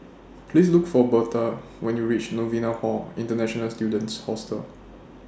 Please Look For Bertha when YOU REACH Novena Hall International Students Hostel